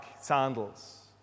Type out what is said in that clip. sandals